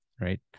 right